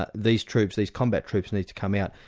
ah these troops, these combat troops need to come out.